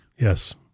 Yes